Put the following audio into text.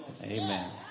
amen